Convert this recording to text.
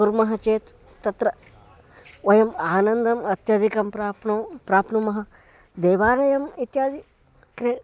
कुर्मः चेत् तत्र वयम् आनन्दम् अत्यदिकं प्राप्नुमः प्राप्नुमः देवालयम् इत्यादिकं क्रियते